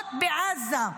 למראות בעזה.